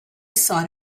sought